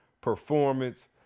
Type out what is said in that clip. performance